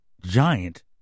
Giant